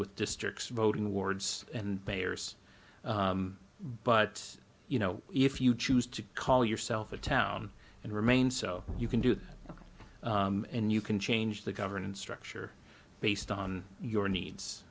with districts voting wards and mayors but you know if you choose to call yourself a town and remain so you can do that and you can change the governance structure based on your needs